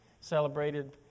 celebrated